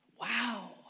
Wow